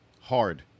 hard